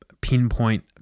pinpoint